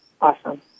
Awesome